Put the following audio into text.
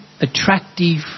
attractive